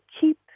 keep